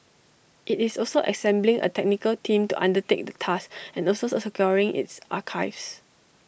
IT is also assembling A technical team to undertake the task and also securing its archives